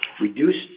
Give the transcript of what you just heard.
reduced